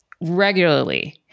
regularly